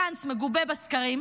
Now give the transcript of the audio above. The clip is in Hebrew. גנץ מגובה בסקרים,